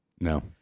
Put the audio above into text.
No